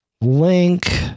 link